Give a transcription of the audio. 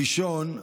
הראשון,